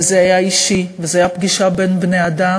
וזה היה אישי, וזה היה פגישה בין בני-אדם,